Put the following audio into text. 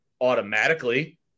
automatically